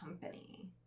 company